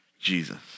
Jesus